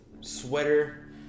sweater